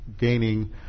gaining